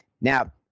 Now